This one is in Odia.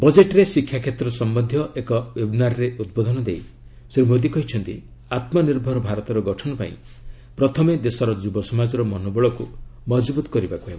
ବଜେଟରେ ଶିକ୍ଷାକ୍ଷେତ୍ର ସମ୍ପନ୍ଧୀୟ ଏକ ୱେବ୍ନାରରେ ଉଦ୍ବୋଧନ ଦେଇ ଶ୍ରୀ ମୋଦୀ କହିଛନ୍ତି ଆତ୍ମନିର୍ଭର ଭାରତର ଗଠନ ପାଇଁ ପ୍ରଥମେ ଦେଶର ଯୁବସମାଜର ମନୋବଳକୁ ମଜବୂତ କରିବାକୁ ହେବ